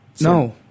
No